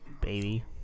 baby